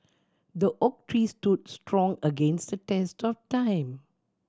the oak tree stood strong against the test of time